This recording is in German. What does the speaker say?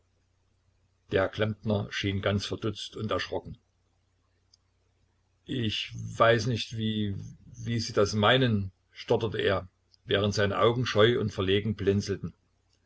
der klempner schien ganz verdutzt und erschrocken ich weiß nicht wie wie sie das meinen stotterte er während seine augen scheu und verlegen blinzelten